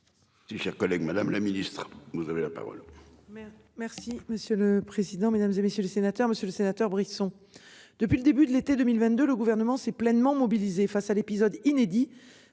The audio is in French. Si cher collègue Madame la Ministre, vous avez la parole.